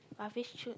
rubbish chute